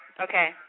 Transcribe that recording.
Okay